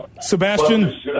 Sebastian